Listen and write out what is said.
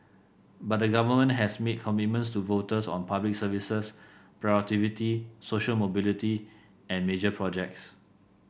but the government has made commitments to voters on Public Services productivity social mobility and major projects